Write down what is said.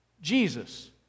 Jesus